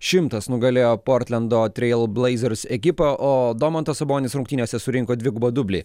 šimtas nugalėjo portlendo trail blazers ekipą o domantas sabonis rungtynėse surinko dvigubą dublį